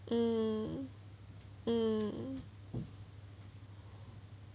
mm mm